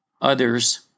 others